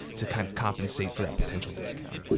to kind of compensate for that but initial discount.